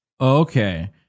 okay